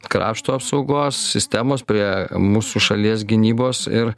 krašto apsaugos sistemos prie mūsų šalies gynybos ir